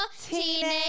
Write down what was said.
Teenage